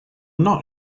not